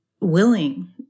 willing